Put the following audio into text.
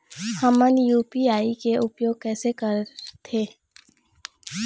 हमन यू.पी.आई के उपयोग कैसे करथें?